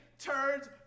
Turns